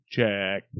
Check